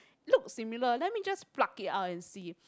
look similar let me just pluck it out and see